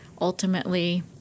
ultimately